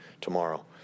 tomorrow